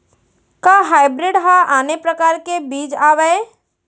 का हाइब्रिड हा आने परकार के बीज आवय?